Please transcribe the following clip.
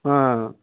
ఆ